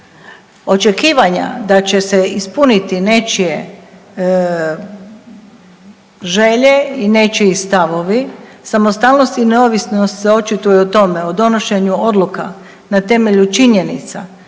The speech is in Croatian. Očekivanja da će ispuniti nečije želje i nečiji stavovi, samostalnost i neovisnost se očituju u tome o donošenju odluka na temelju činjenica,